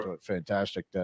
fantastic